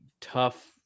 tough